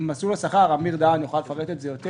מסלול השכר אמיר דהן יוכל לפרט את זה יותר